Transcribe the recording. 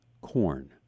corn